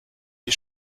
die